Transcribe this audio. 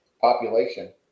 population